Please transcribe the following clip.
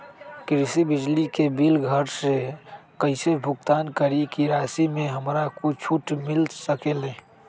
कृषि बिजली के बिल घर से कईसे भुगतान करी की राशि मे हमरा कुछ छूट मिल सकेले?